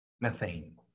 Methane